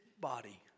body